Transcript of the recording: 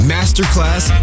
Masterclass